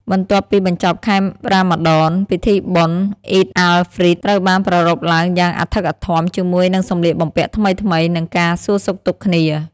បន្ទាប់ពីបញ្ចប់ខែរ៉ាម៉ាឌន ពិធីបុណ្យ "អ៊ីដ អាល់ ហ្វ្រីត" ត្រូវបានប្រារព្ធឡើងយ៉ាងអធិកអធមជាមួយនឹងសម្លៀកបំពាក់ថ្មីៗ និងការសួរសុខទុក្ខគ្នា។